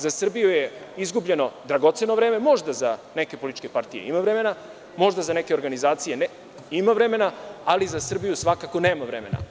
Za Srbiju je izgubljeno dragoceno vreme, možda za neke političke partije ima vremena, možda za neke organizacije ima vremena, ali za Srbiju svakako nema vremena.